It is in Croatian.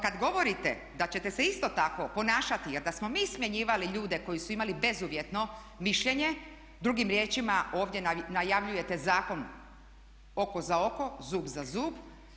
Kada govorite da ćete se isto tako ponašati jer da smo mi smjenjivali ljude koji su imali bezuvjetno mišljenje, drugim riječima, ovdje najavljujete zakon "oko za oko, zub za zub"